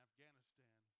Afghanistan